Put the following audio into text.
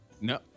No